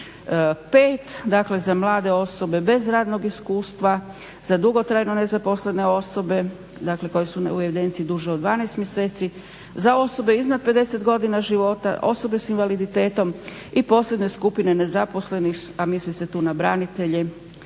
pet dakle za mlade osobe bez radnog iskustva, za dugotrajno nezaposlene osobe dakle koje su u jedinici duže od 12 mjeseci, za osobe iznad 50 godina života, osobe s invaliditetom i posljednjoj skupini nezaposlenih a misli se tu na branitelje,